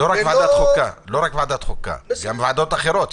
לא רק ועדת חוקה אלא גם ועדות אחרות.